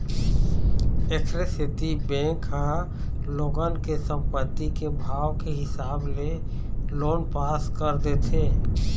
एखरे सेती बेंक ह लोगन के संपत्ति के भाव के हिसाब ले लोन पास कर देथे